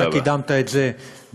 אתה קידמת את זה ביושבך,